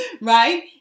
right